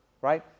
right